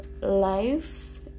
life